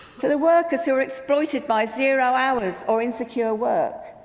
for the workers who are exploited by zero hours or insecure work.